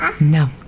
No